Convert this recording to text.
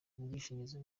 ubwishingizi